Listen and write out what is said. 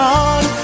on